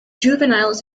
juveniles